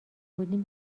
بودیم